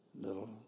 Little